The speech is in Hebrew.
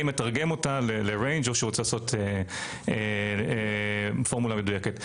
מתרגם אותה לריינג' או רוצה לעשות פורמולה מדויקת.